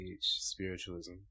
spiritualism